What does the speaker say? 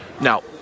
Now